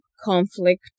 conflict